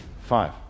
Five